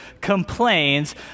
complains